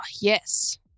yes